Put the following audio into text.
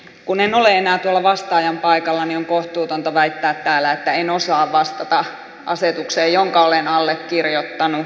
kun en ole enää tuolla vastaajan paikalla niin on kohtuutonta väittää täällä että en osaa vastata asetukseen jonka olen allekirjoittanut